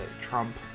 trump